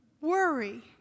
worry